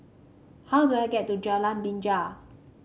how do I get to Jalan Binja